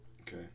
Okay